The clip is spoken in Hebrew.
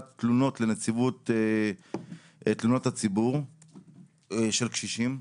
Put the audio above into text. תלונות לנציבות תלונות הציבור של קשישים,